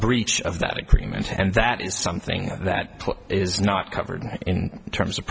breach of that agreement and that is something that is not covered in terms of